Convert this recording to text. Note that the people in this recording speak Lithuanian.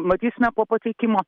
matysime po pateikimo